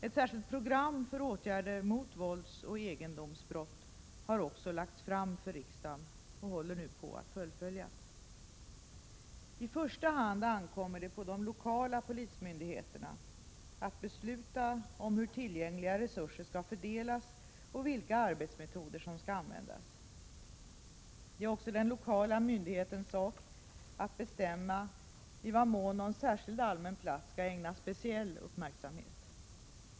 Ett särskilt program för åtgärder mot våldsoch egendomsbrott har också lagts fram för riksdagen och håller nu på att fullföljas. I första hand ankommer det på de lokala polismyndigheterna att besluta om hur tillgängliga resurser skall fördelas och vilka arbetsmetoder som skall användas. Det är också den lokala myndighetens sak att bestämma i vad mån någon särskild allmän plats skall ägnas speciell uppmärksamhet.